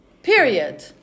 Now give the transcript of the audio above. Period